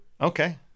Okay